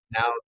now